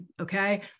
Okay